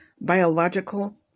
biological